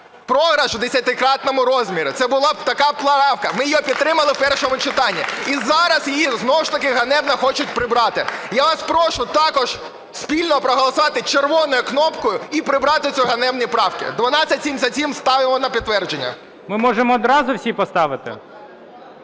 програш в 10-кратному розмірі. Це була така правка, ми її підтримали в першому читанні, і зараз її знову ж таки ганебно хочуть прибрати. Я вас прошу також спільно проголосувати червоною кнопкою і прибрати ці ганебні правки. 1277 ставимо на підтвердження. ГОЛОВУЮЧИЙ. Ми можемо одразу всі поставити?